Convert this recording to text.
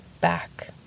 back